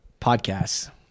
podcasts